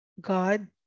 God